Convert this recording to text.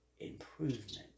improvement